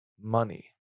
money